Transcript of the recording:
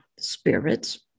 spirits